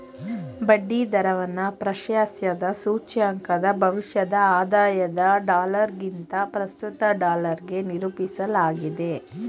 ಬಡ್ಡಿ ದರವನ್ನ ಪ್ರಾಶಸ್ತ್ಯದ ಸೂಚ್ಯಂಕ ಭವಿಷ್ಯದ ಆದಾಯದ ಡಾಲರ್ಗಿಂತ ಪ್ರಸ್ತುತ ಡಾಲರ್ಗೆ ನಿರೂಪಿಸಲಾಗಿದೆ